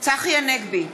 צחי הנגבי,